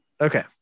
okay